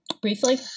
Briefly